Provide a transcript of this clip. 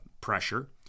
pressure